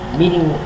meeting